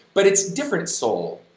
but it's different soul,